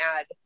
add